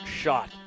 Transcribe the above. shot